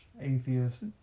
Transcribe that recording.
atheist